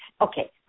okay